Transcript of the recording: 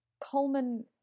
Coleman